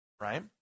right